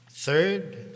Third